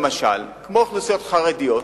למשל אוכלוסיות חרדיות,